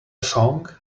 song